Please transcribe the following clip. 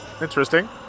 Interesting